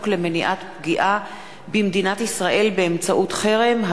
למניעת פגיעה במדינת ישראל באמצעות חרם,